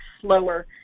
slower